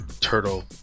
Turtle